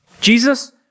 Jesus